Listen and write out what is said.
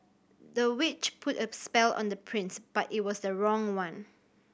the witch put a spell on the prince but it was the wrong one